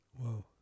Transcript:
Wow